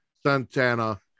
Santana